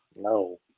no